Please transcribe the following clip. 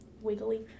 wiggly